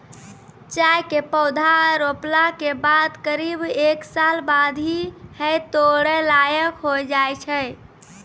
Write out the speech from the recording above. चाय के पौधा रोपला के बाद करीब एक साल बाद ही है तोड़ै लायक होय जाय छै